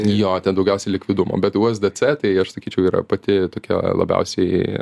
jo daugiausiai likvidumo bet uesdėcė tai aš sakyčiau yra pati tokia labiausiai